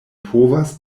povas